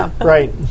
Right